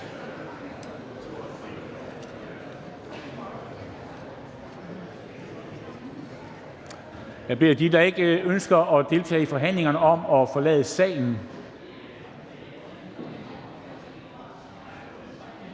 Jeg beder dem, der ikke ønsker at deltage i forhandlingerne, om at forlade salen.